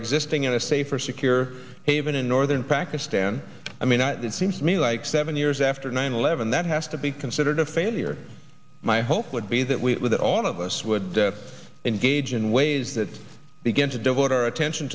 existing in a safe or secure haven in northern pakistan i mean it seems to me like seven years after nine eleven that has to be considered a failure my hope would be that we with all of us would engage in ways that begin to devote our attention